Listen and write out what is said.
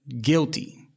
guilty